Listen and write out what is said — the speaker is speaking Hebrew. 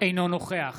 אינו נוכח